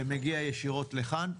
ומגיע ישירות לכאן.